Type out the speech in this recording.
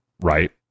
right